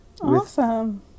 Awesome